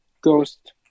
ghost